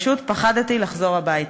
פשוט פחדתי לחזור הביתה,